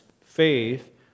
faith